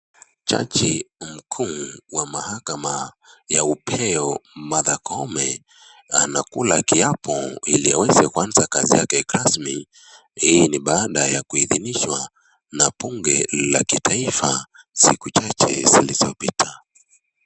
Jaji mkuu wa mahakama la upeo Martha Koome , anakula kapo ili aweze kuanza kazi yake kirasmi , hii ni baada ya kuidhimishwa na bunge la kitaifa siku chache zilizo pita.